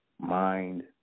mind